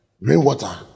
rainwater